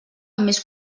més